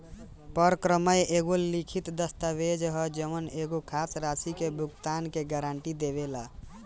परक्रमय एगो लिखित दस्तावेज ह जवन एगो खास राशि के भुगतान के गारंटी देवेला